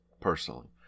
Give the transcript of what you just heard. personally